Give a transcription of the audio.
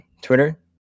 Twitter